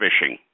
fishing